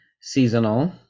seasonal